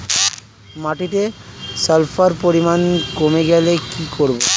মাটিতে সালফার পরিমাণ কমে গেলে কি করব?